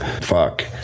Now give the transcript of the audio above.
fuck